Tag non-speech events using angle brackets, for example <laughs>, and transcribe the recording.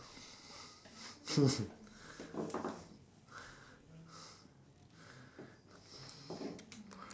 <laughs>